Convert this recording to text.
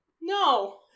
No